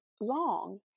long